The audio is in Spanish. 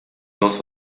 dos